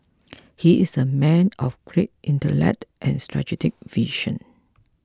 he is a man of great intellect and strategic vision